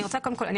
אני